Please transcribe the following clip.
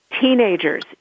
teenagers